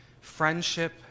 friendship